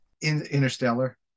Interstellar